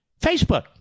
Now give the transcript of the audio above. Facebook